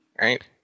Right